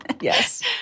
Yes